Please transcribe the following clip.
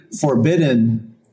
forbidden